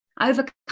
Overcome